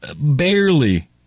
barely